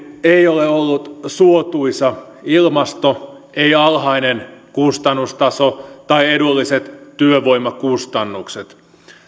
ollut suotuisa ilmasto ei alhainen kustannustaso tai edulliset työvoimakustannukset